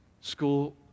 school